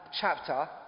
chapter